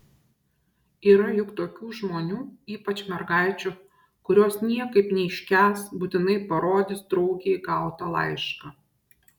yra juk tokių žmonių ypač mergaičių kurios niekaip neiškęs būtinai parodys draugei gautą laišką